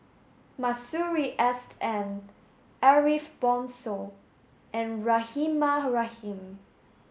Masuri S N Ariff Bongso and Rahimah Rahim